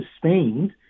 sustained